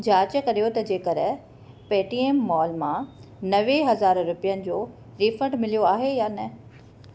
जाच करियो त जेकर पेटीएम माॅल मां नवे हज़ार रुपियनि जो रीफंड मिलियो आहे या न